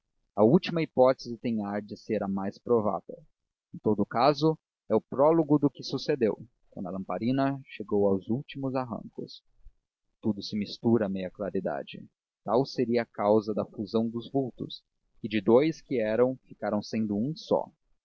a última hipótese tem ar de ser a mais provável em todo caso é o prólogo do que sucedeu quando a lamparina chegou aos últimos arrancos tudo se mistura à meia claridade tal seria a causa da fusão dos vultos que de dous que eram ficaram sendo um só